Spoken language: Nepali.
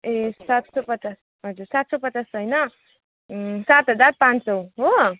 ए सात सौ पचास हजुर सात सौ पचास त होइन ए सात हजार पाँच सौ हो